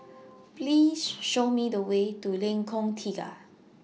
Please Show Me The Way to Lengkong Tiga